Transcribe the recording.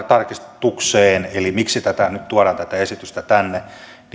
tarkistukseen mentiin eli miksi tätä esitystä tuodaan nyt tänne